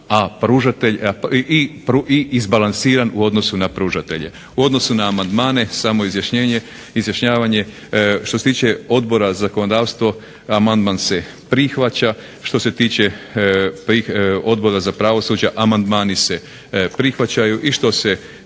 korisnicima i izbalansiran u odnosu na pružatelje. U odnosu na amandmane samo izjašnjavanje. Što se tiče Odbora za zakonodavstvo amandman se prihvaća. Što se tiče Odbora za pravosuđe amandmani se prihvaćaju i što se